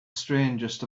strangest